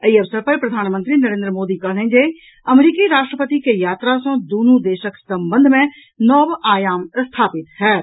एहि अवसर पर प्रधानमंत्री नरेन्द्र मोदी कहलनि जे अमरीकी राष्ट्रपति के यात्रा सॅ दूनु देशक संबंध मे नव आयाम स्थापित होयत